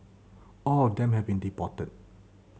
all of them have been deported